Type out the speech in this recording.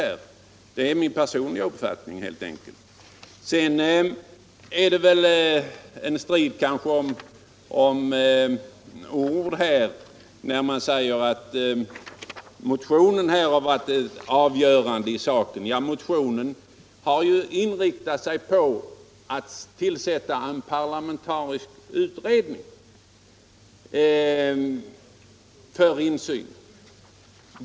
Huruvida motionen har varit avgörande i ärendet eller inte är väl närmast en strid om ord. Motionärerna har ju inriktat sig på tillsättandet av en parlamentarisk utredning för insyn.